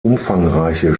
umfangreiche